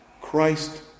Christ